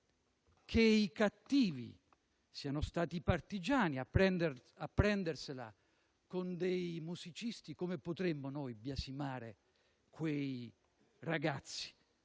che i cattivi siano stati i partigiani a prendersela con dei musicisti, come potremmo biasimarlo?